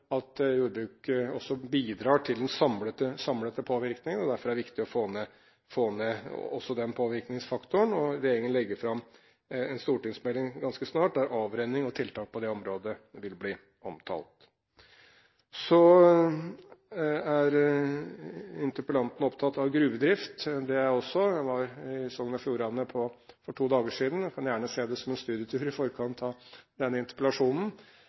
at jordbruket også bidrar til den samlede påvirkning. Derfor er det også viktig å få ned den påvirkningsfaktoren. Regjeringen legger fram en stortingsmelding ganske snart, der avrenning og tiltak på det området vil bli omtalt. Så er interpellanten opptatt av gruvedrift. Det er jeg også. Jeg var i Sogn og Fjordane for to dager siden – jeg kan gjerne se det som en studietur i forkant av denne interpellasjonen